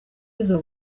izo